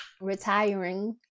retiring